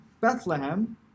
Bethlehem